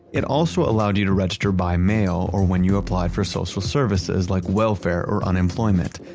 it also allowed you to register by mail or when you apply for social services like welfare or unemployment.